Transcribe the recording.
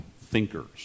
thinkers